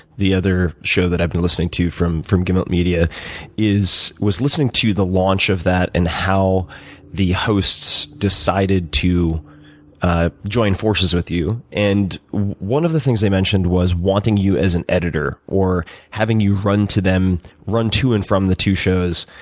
the other show that i've been listening to from from gimlet media was listening to the launch of that and how the hosts decided to ah join forces with you. and one of the things they mentioned was wanting you as an editor or having you run to them run to and from the two shows,